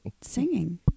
singing